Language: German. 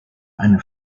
eine